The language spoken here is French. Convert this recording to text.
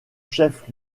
chef